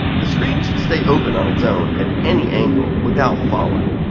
the screen should stay open on its own at any angle without falling.